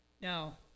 Now